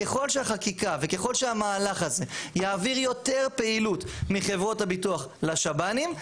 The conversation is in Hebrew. ככל שהחקיקה וככל שהמהלך הזה יעביר יותר פעילות מחברות הביטוח לשב"נים,